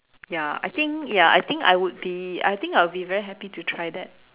ya I think ya I think I would be I think I would be very happy to try that